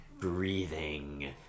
breathing